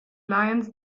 lions